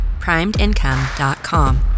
primedincome.com